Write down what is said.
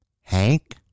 Hank